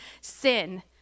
sin